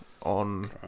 on